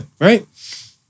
right